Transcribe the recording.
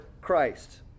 Christ